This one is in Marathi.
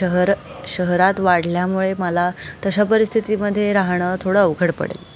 शहर शहरात वाढल्यामुळे मला तशा परिस्थितीमध्ये राहणं थोडं अवघड पडेल